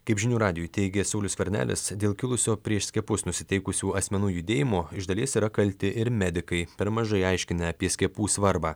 kaip žinių radijui teigė saulius skvernelis dėl kilusio prieš skiepus nusiteikusių asmenų judėjimo iš dalies yra kalti ir medikai per mažai aiškinę apie skiepų svarbą